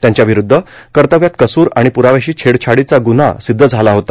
त्यांच्याावरुद्ध कतव्यात कसूर आण पुराव्यांशी छेडछाडीचा गुन्हा ासद्ध झाला होता